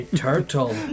turtle